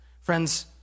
Friends